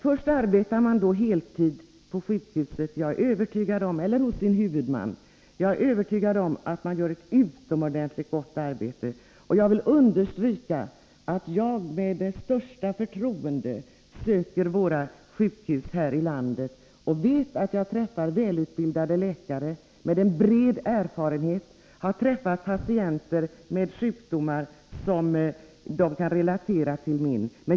Först arbetar läkarna heltid hos sina huvudmän — och jag är övertygad om att de gör ett utomordentligt gott arbete. Jag vill understryka att jag med det största förtroende uppsöker våra sjukhus här i landet och vet att jag möter välutbildade läkare med en bred erfarenhet, som har träffat patienter med sjukdomar som de kan relatera till min.